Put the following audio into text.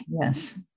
Yes